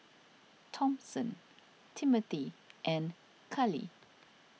Thompson Timmothy and Kali